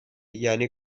یعنی